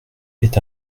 est